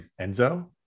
Enzo